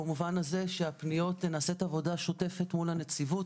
במובן הזה שנעשית עבודה שוטפת מול הנציבות